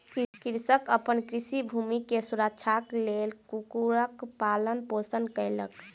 कृषक अपन कृषि भूमि के सुरक्षाक लेल कुक्कुरक पालन पोषण कयलक